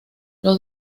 los